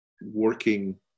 working